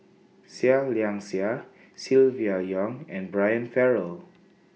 Seah Liang Seah Silvia Yong and Brian Farrell